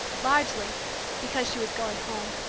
largely because she was going home.